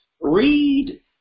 Read